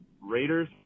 Raiders